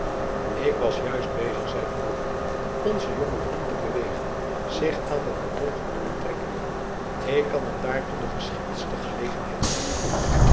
ik was juist bezig zeide gourville onzen jongen vriend te bewegen zich aan de vervolging te onttrekken ik kan hem daartoe de geschiktste gelegenheid aanbieden